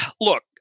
look